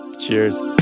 Cheers